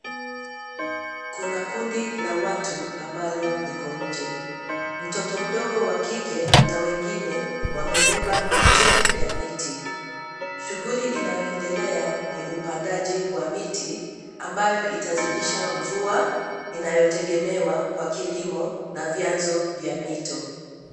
Kuna kundi la watu ambalo liko nje. Mtoto mdogo wa kike, na wengine, wamebeba miche ya miti. Shughuli inayoendelea, ni upandaji wa miti, ambayo itazidisha mvua, inayotegemewa kwa kilimo, na vyanzo vya mito.